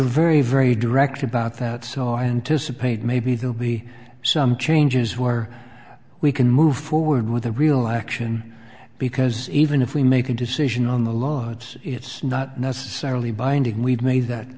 very very direct about that so i anticipate maybe they'll be some changes where we can move forward with the real action because even if we make a decision on the law it's it's not necessarily binding we've made that